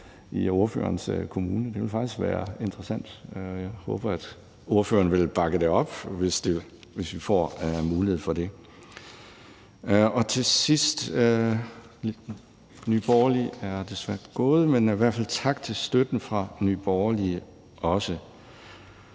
i ordførerens kommune – det ville faktisk være interessant. Jeg håber, at ordføreren vil bakke det op, hvis vi får mulighed for det. Ordføreren for Nye Borgerlige er desværre gået, men her til sidst i hvert fald tak for støtten til Nye Borgerlige også.